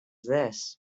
this